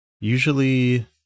usually